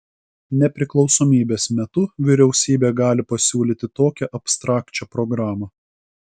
nepriklausomybės metu vyriausybė gali pasiūlyti tokią abstrakčią programą